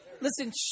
Listen